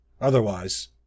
Otherwise